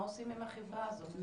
מה עושים עם החברה הזאת?